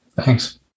Thanks